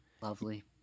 Lovely